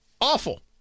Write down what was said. awful